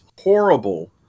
horrible